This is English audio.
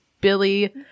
Billy